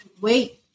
wait